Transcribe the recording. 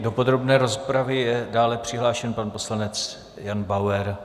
Do podrobné rozpravy je dále přihlášen pan poslanec Jan Bauer.